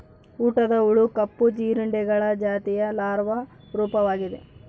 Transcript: ಊಟದ ಹುಳು ಕಪ್ಪು ಜೀರುಂಡೆಗಳ ಜಾತಿಯ ಲಾರ್ವಾ ರೂಪವಾಗಿದೆ